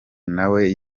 nawe